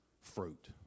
fruit